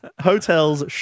Hotels